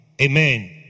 Amen